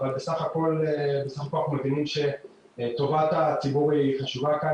אבל בסך הכל אנחנו מבינים שטובת הציבור היא חשובה כאן